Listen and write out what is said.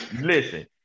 Listen